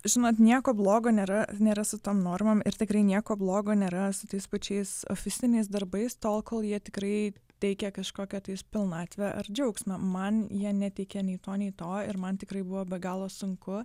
žinot nieko blogo nėra nėra su tom normom ir tikrai nieko blogo nėra su tais pačiais ofisiniais darbais tol kol jie tikrai teikia kažkokią pilnatvę ar džiaugsmą man jie neteikia nei to nei to ir man tikrai buvo be galo sunku